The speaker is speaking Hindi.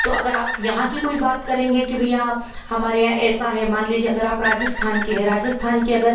तो आप अगर यहाँ की कोई बात करेंगे कि भैया हमारे यहाँ ऐसा है मान लीजिए अगर आप राजस्थान के हैं राजस्थान के अगर